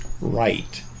right